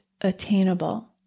attainable